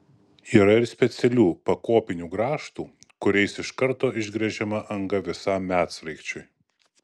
yra ir specialių pakopinių grąžtų kuriais iš karto išgręžiama anga visam medsraigčiui